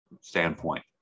standpoint